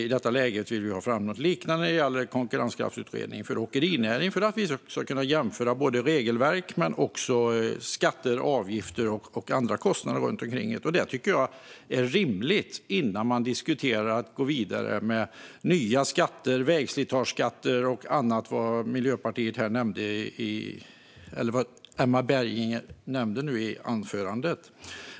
I detta läge vill vi ha fram något för åkerinäringen som liknar Konkurrenskraftsutredningen, för att vi ska kunna jämföra regelverk men också skatter, avgifter och andra kostnader runt omkring. Detta tycker jag är rimligt innan man diskuterar att gå vidare med nya skatter som vägslitageskatter och annat som Emma Berginger nämnde i sitt anförande.